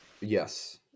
Yes